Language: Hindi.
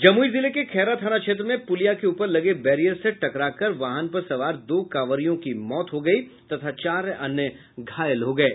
जमुई जिले के खैरा थाना क्षेत्र में पुलिया के ऊपर लगे बैरियर से टकराकर वाहन पर सवार दो कांवरियों की मौत हो गयी तथा चार अन्य घायल हो गये